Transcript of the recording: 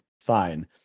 Fine